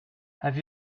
have